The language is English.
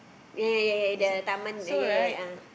ya ya ya the taman ya ya ya a'ah